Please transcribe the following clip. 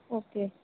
okay